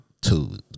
Two